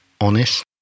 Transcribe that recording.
honest